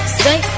say